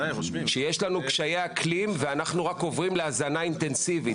יש לנו קשיי אקלים ואנחנו רק עוברים להזנה אינטנסיבית.